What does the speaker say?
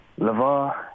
Lavar